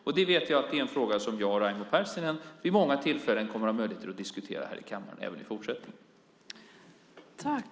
Detta vet vi är en fråga som jag och Raimo Pärssinen kommer att ha möjlighet att diskutera här i kammaren vid många tillfällen även i fortsättningen.